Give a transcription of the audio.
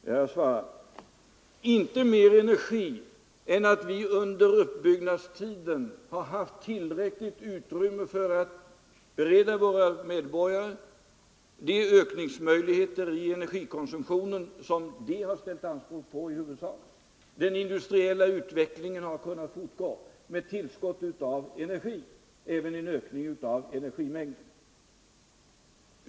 Jag svarar: Inte mer energi än att vi under uppbyggnadstiden har haft tillräckligt utrymme för att bereda våra medborgare i huvudsak den ökning i energikonsumtionen som de har ställt anspråk på. Den industriella utvecklingen har kunnat fortgå med tillskott av energi, även med en ökning av energimängden.